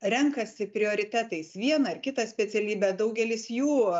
renkasi prioritetais vieną ar kitą specialybę daugelis jų